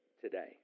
today